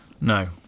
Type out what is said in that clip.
No